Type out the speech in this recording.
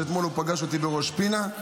שאתמול פגש אותי בראש פינה,